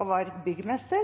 og var byggmester